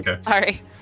Sorry